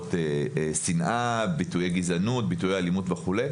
עבירות שנאה, ביטויי גזענות, ביטויי אלימות וכולי.